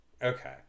Okay